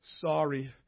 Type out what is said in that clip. Sorry